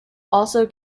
also